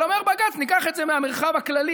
אבל אומר בג"ץ: ניקח את זה מהמרחב הכללי,